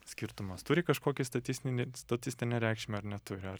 skirtumas turi kažkokį statistinį statistinę reikšmę ar neturi ar